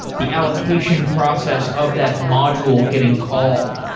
the allocation process of that module getting called?